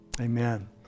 Amen